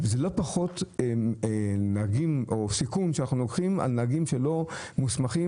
זה לא פחות סיכון שאנחנו לוקחים על נהגים שלא מוסמכים